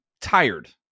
tired